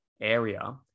area